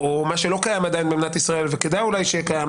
או מה שלא קיים עדיין במדינת ישראל וכדאי אולי שיהיה קיים,